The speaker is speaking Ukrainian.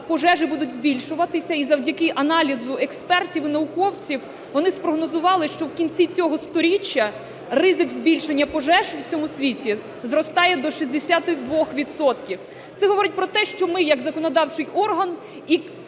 пожежі будуть збільшуватися. І завдяки аналізу експертів і науковців, вони спрогнозували, що в кінці цього сторіччя ризик збільшення пожеж в усьому світі зростає до 62 відсотків. Це говорить про те, що ми як законодавчий орган